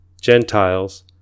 Gentiles